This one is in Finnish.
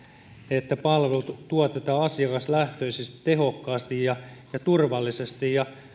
että palvelut tuotetaan asiakaslähtöisesti tehokkaasti ja ja turvallisesti